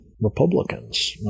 Republicans